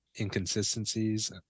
inconsistencies